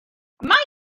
mae